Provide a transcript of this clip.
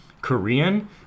Korean